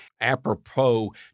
apropos